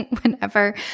whenever